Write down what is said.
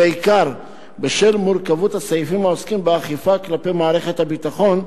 בעיקר בשל מורכבות הסעיפים העוסקים באכיפה כלפי מערכת הביטחון,